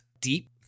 deep